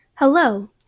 Hello